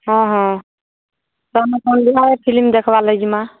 ହଁ ହଁ ତ ଆମେ ସନ୍ଧ୍ୟାରେ ଫିଲ୍ମ ଦେଖବାର୍ ଲାଗି ଯିମା